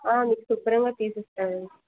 మీకు శుభ్రంగా తీసి ఇస్తాను అండి